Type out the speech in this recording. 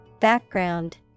background